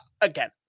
again